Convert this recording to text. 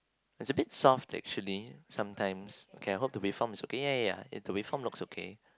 it's a bit soft actually sometimes okay I hope the uniform looks okay ya ya ya the uniform looks okay